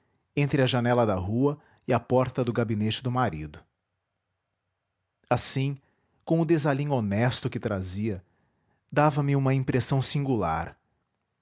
entre a janela da rua e a porta do gabinete do marido assim com o desalinho honesto que trazia dava-me uma impressão singular